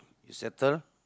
you settle